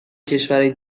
کشورای